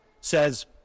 says